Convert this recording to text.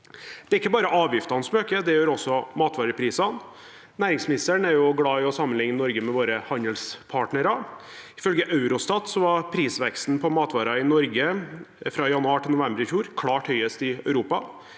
Det er ikke bare avgiftene som øker, det gjør også matvareprisene. Næringsministeren er glad i å sammenligne Norge med våre handelspartnere. Ifølge Eurostat var prisveksten på matvarer i Norge fra januar til november i fjor klart høyest i Europa.